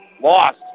lost